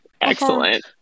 excellent